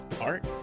art